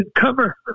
cover